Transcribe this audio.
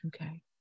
okay